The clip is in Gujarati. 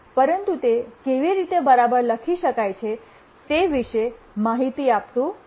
પરંતુ તે કેવી રીતે બરાબર લખી શકાય છે તે વિશે માહિતી આપતું નથી